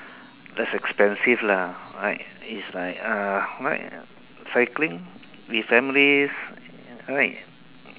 less expensive lah right it's like uh right cycling with families right